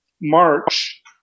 March